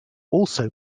also